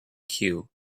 queue